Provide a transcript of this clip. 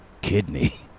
kidney